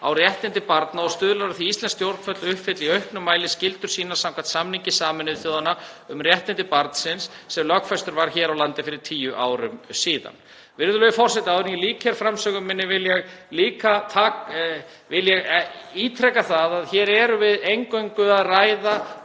á réttindi barna og stuðlar að því að íslensk stjórnvöld uppfylli í auknum mæli skyldur sínar samkvæmt samningi Sameinuðu þjóðanna um réttindi barnsins sem lögfestur var hér á landi fyrir tíu árum síðan. Virðulegur forseti. Áður en ég lýk framsögu minni vil ég ítreka það að hér erum við eingöngu að ræða